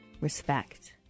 respect